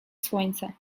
słońce